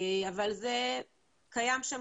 אבל זה קיים שם